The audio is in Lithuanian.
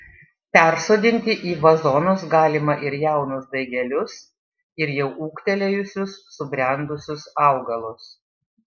persodinti į vazonus galima ir jaunus daigelius ir jau ūgtelėjusius subrendusius augalus